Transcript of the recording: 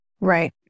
Right